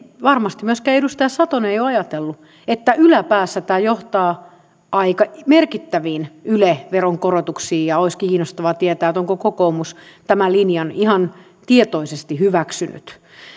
varmasti myöskään edustaja satonen ei ole ajatellut että yläpäässä tämä johtaa aika merkittäviin yle veron korotuksiin olisi kiinnostava tietää onko kokoomus tämän linjan ihan tietoisesti hyväksynyt